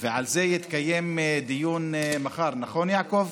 ועל זה יתקיים דיון מחר, נכון, יעקב?